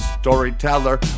Storyteller